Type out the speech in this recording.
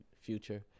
future